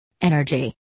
Energy